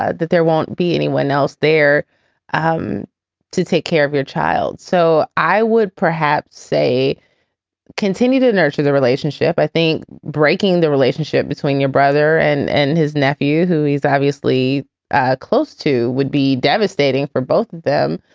ah that there won't be anyone else there um to take care of your child. so i would perhaps say continue to nurture the relationship. i think breaking the relationship between your brother and and his nephew, who is obviously ah close to, would be devastating for both of them.